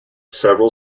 several